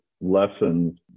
lessons